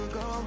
go